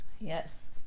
Yes